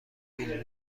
بیل